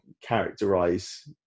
characterize